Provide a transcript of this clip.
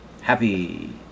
happy